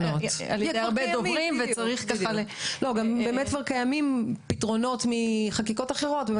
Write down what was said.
כבר קיימים פתרונות בחקיקות אחרות.